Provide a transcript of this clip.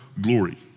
glory